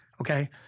okay